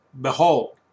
Behold